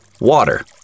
water